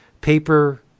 paper